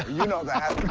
you know that.